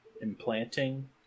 Implanting